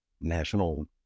national